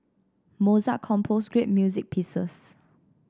Mozart composed great music pieces